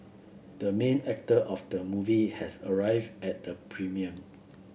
the main actor of the movie has arrived at the premiere